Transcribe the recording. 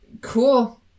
cool